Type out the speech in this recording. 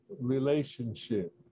relationship